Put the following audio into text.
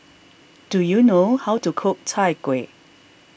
do you know how to cook Chai Kuih